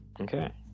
Okay